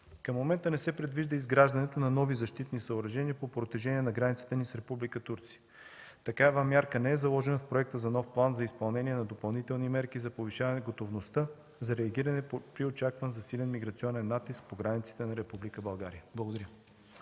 Към момента не се предвижда изграждането на нови защитни съоръжения по протежение на границата ни с Република Турция. Такава мярка не е заложена в проекта за нов план за изпълнение на допълнителни мерки за повишаване готовността за реагиране при очакван засилен миграционен натиск по границата на Република България. Благодаря.